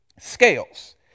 Scales